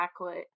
backlit